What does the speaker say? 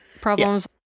problems